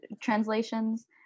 translations